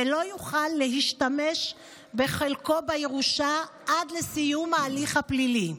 ולא יוכל להשתמש בחלקו בירושה עד לסיום ההליך הפלילי.